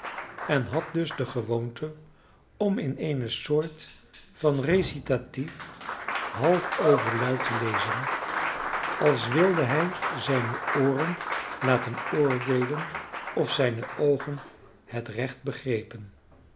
en had dus de gewoonte om in eene soort van recitatief half overluid te lezen als wilde hij zijne ooren laten oordeelen of zijne oogen het recht begrepen